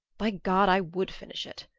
by god, i would finish it!